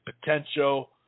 potential